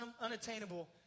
unattainable